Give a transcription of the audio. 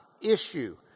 issue